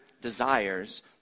desires